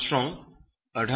Armstrong Henry E